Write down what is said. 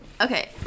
Okay